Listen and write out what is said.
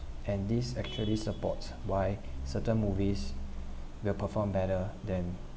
and this actually supports why certain movies that performed better than